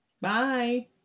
Bye